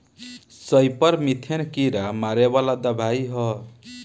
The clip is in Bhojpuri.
सईपर मीथेन कीड़ा मारे वाला दवाई ह